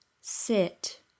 sit